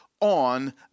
on